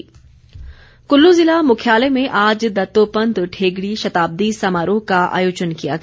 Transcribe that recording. समारोह कुल्लू ज़िला मुख्यालय में आज दत्तोपंत ठेंगड़ी शताब्दी समारोह का आयोजन किया गया